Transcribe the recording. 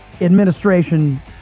administration